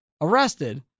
arrested